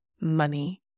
money